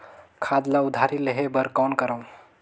खाद ल उधारी लेहे बर कौन करव?